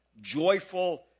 joyful